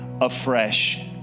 afresh